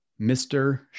mr